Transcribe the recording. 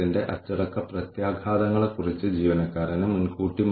നമ്മൾ നേടിയ വിഭവങ്ങളുടെ ഒരു ലിസ്റ്റ് നമ്മൾ തയ്യാറാക്കുന്നു